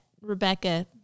Rebecca